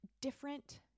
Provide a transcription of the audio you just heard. Different